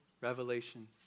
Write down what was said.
revelation